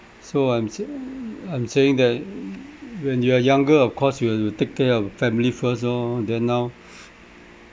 so I'm I'm saying that when you're younger of course you have to take care of family first lor then now